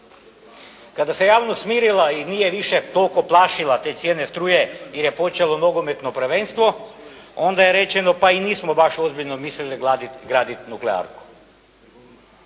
Kada se javnost smirila i nije više toliko plašila te cijene struje jer je počelo nogometno prvenstvo, onda je rečeno pa i nismo baš ozbiljno mislili graditi nuklearku.